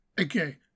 Okay